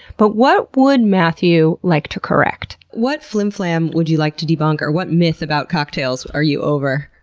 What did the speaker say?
but what would matthew like to correct? what flimflam would you like to debunk, or what myth about cocktails are you over?